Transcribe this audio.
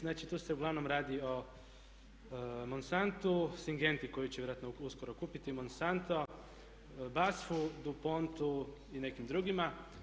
Znači, tu se uglavnom radi o Monsantu, SYngenti koju će vjerojatno uskoro kupiti Monsanto, Basfu, Dupontu i nekim drugima.